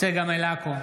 צגה מלקו,